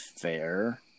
fair